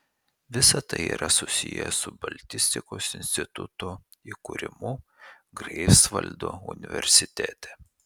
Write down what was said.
visa tai yra susiję su baltistikos instituto įkūrimu greifsvaldo universitete